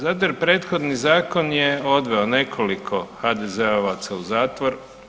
Zato jer prethodni Zakon je odveo nekoliko HDZ-ovaca u zatvor.